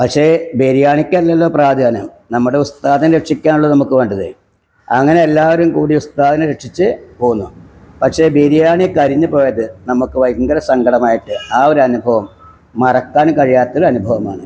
പക്ഷേ ബിരിയാണിക്കല്ലല്ലോ പ്രാധാന്യം നമ്മുടെ ഉസ്താദിനെ രക്ഷിക്കുകയാണല്ലോ നമുക്ക് വേണ്ടത് അങ്ങനെ എല്ലാരുംകൂടി ഉസ്താദിനെ രക്ഷിച്ച് പോന്നു പക്ഷേ ബിരിയാണി കരിഞ്ഞ് പോയത് നമുക്ക് ഭയങ്കര സങ്കടമായിട്ട് ആ ഒരനുഭവം മറക്കാൻ കഴിയാത്തൊരനുഭവമാണ്